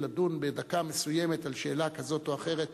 לדון בדקה מסוימת על שאלה כזאת או אחרת,